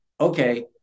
okay